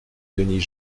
denis